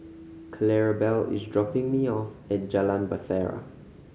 Clarabelle is dropping me off at Jalan Bahtera